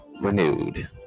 Renewed